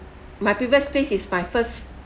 my previous place is my first